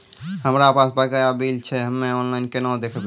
हमरा पास बकाया बिल छै हम्मे ऑनलाइन केना देखबै?